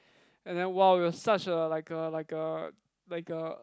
and then wow we're such a like a like a like a